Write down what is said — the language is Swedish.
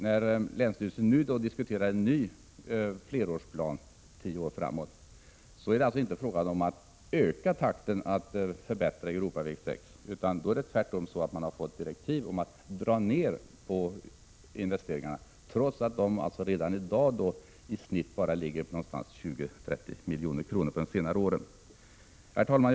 När länsstyrelsen nu diskuterar en ny flerårsplan för tio år framåt är det HH inte fråga om att öka takten när det gäller att förbättra Europaväg 6, utan det är tvärtom så att man har fått direktiv om att dra ned på investeringarna, trots att de redan i dag i snitt bara ligger på 20-30 milj.kr. Herr talman!